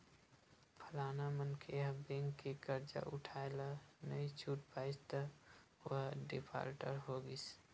फलाना मनखे ह बेंक के करजा उठाय ल नइ छूट पाइस त ओहा डिफाल्टर हो गिस